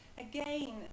again